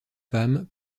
femmes